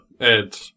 Ed